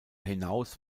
hinaus